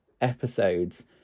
episodes